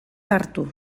hartu